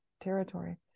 territory